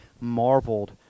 marveled